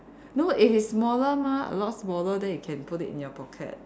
no it is smaller mah a lot smaller then you can put in your pocket